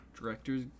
director's